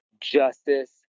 justice